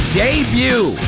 debut